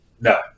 No